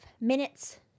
minutes